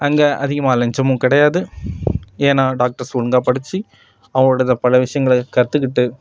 அங்கே அதிகமாக லஞ்சமும் கிடையாது ஏனால் டாக்டர்ஸ் ஒழுங்காக படிச்சு அவங்களோடய பல விஷயங்கள கற்றுக்கிட்டு